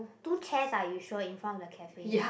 two chairs ah you sure in front of the cafe